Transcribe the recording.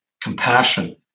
compassion